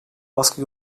baskı